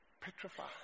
Petrified